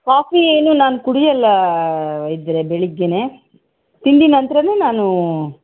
ಕಾಫಿನೂ ನಾನು ಕುಡ್ಯೋಲ್ಲ ವೈದ್ಯರೇ ಬೆಳಿಗ್ಗೆನೇ ತಿಂಡಿ ನಂತರನೇ ನಾನು